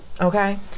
okay